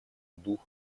дух